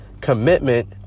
commitment